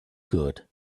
good